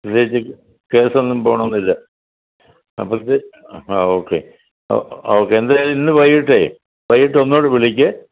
പ്രത്യേകിച്ച് കേസ് ഒന്നും പോവണമെന്നില്ല അപ്പോഴത്തെ ആ ഓക്കെ ആ ആ ഓക്കെ എന്തായാലും ഇന്ന് വൈകിട്ടേ വൈകിട്ട് ഒന്നും കൂടെ വിളിക്ക്